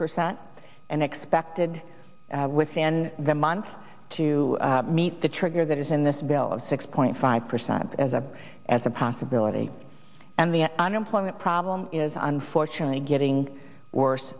percent and expected within the month to meet the trigger that is in this bill six point five percent as a as a possibility and the unemployment problem is unfortunately getting worse